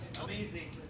Amazing